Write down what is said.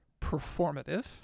performative